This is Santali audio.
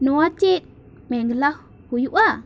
ᱱᱚᱣᱟ ᱪᱮᱫ ᱢᱮᱜᱷᱞᱟ ᱦᱩᱭᱩᱜᱼᱟ